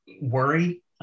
worry